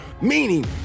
Meaning